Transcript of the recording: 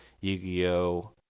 Yu-Gi-Oh